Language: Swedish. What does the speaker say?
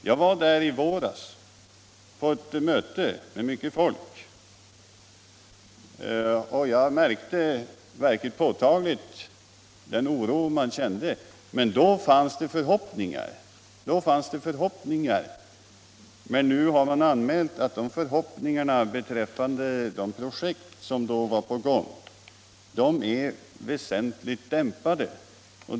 Jag var där i våras på ett möte med mycket folk, och Nr 33 den oro man kände var påtaglig. Men då fanns det förhoppningar. Nu är förhoppningarna beträffande de projekt som då var på gång väsentligt dämpade.